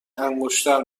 انگشتر